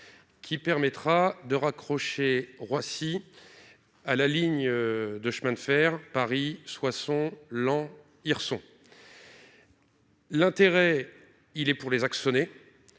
qui permettra de raccrocher Roissy à la ligne de chemin de fer Paris-Soissons, Laon, Hirson. L'intérêt, il est pour les Axonais